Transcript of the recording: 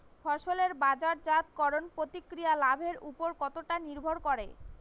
ফসলের বাজারজাত করণ প্রক্রিয়া লাভের উপর কতটা নির্ভর করে?